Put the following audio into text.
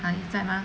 ah 你在吗